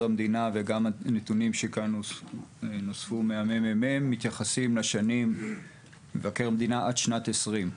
המדינה וגם הנתונים של ה-ממ״מ מתייחסים עד לשנת 2020,